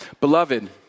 Beloved